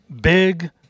Big